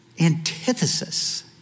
antithesis